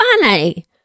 funny